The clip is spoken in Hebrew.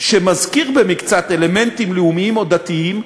שמזכיר במקצת אלמנטים לאומיים או דתיים,